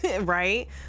right